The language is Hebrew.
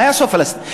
מה יעשו הפלסטינים?